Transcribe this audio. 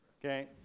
Okay